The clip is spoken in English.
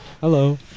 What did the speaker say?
hello